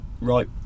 Right